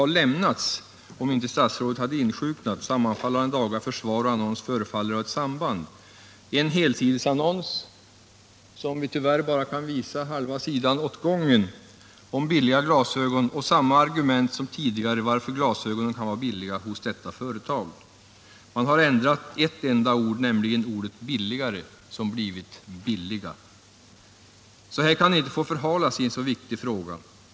Annonsen innehåller samma argument som tidigare när det gäller varför glasögonen kan vara billiga hos detta företag. Man har ändrat ett enda ord, nämligen ordet ”billigare”, som blivit ”billiga”. Det förefaller inte vara någon tillfällighet att annonsen infördes samma dag som detta svar ursprungligen skulle ha lämnats, om inte statsrådet insjuknat. En så viktig fråga som denna kan inte få förhalas på detta sätt.